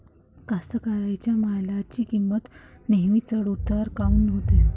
कास्तकाराइच्या मालाची किंमत नेहमी चढ उतार काऊन होते?